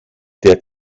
der